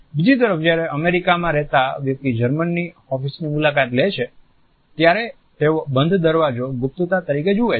બીજી તરફ જ્યારે અમેરિકામાં રહેતા વ્યક્તિ જર્મનની ઓફિસની મુલાકાત લે છે ત્યારે તેઓ બંધ દરવાજો ગુપ્તતા તરીકે જુએ છે